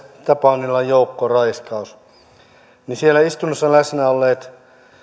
tapanilan joukkoraiskaus siellä istunnossa läsnä olleet